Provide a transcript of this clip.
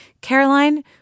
Caroline